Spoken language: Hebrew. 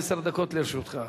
עשר דקות לרשותך.